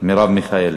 מרב מיכאלי.